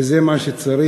וזה מה שצריך